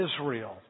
Israel